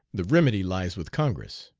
the remedy lies with congress.